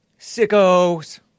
Sickos